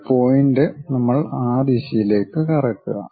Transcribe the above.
ഒരു പോയിന്റ് നമ്മൾ ആ ദിശയിലേക്ക് കറക്കുക